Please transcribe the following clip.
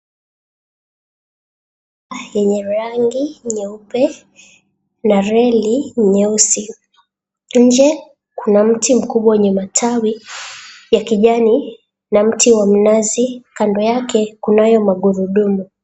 Yenye rangi nyeupe na reli nyeusi. Nje kuna mti mkubwa wenye matawi ya kijani na mti wa mnazi kando yake kunayo magurudumu.